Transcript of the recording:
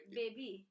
baby